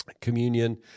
communion